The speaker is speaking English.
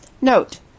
Note